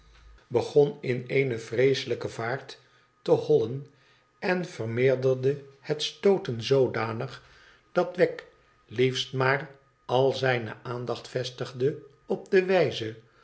begon in eene vreeselijke vaart te hollen en vermeerderde het stooten zoodanig dat wegg liefst maar al zijne aandacht vestigde op de wijze